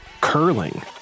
curling